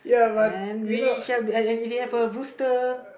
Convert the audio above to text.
and we shall be and and we have a rooster